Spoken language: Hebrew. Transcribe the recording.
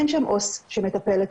ואין שם עו"ס שמטפלת